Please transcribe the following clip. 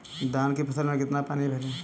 धान की फसल में कितना पानी भरें?